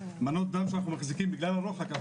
מנות דם שאנחנו מחזיקים בגלל המרחק.